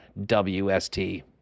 WST